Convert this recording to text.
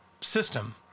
system